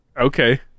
Okay